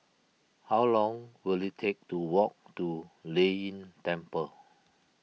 how long will it take to walk to Lei Yin Temple